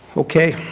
okay.